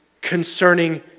concerning